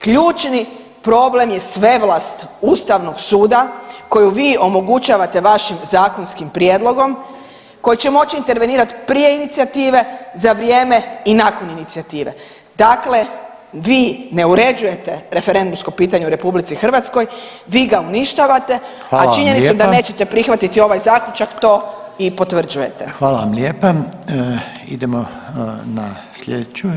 Ključni problem je svevlast ustavnog suda koju vi omogućavate vašim zakonskim prijedlogom koji će moć intervenirat prije inicijative, za vrijeme i nakon inicijative, dakle vi ne uređujete referendumsko pitanja u RH, vi ga uništavate, a činjenicu da nećete prihvatiti ovaj zaključak to i potvrđujete.